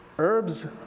Herbs